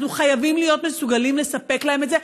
אנחנו חייבים להיות מסוגלים לספק להם את זה.